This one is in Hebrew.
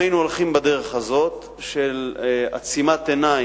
אם היינו הולכים בדרך הזאת של עצימת עיניים,